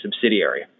subsidiary